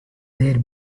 their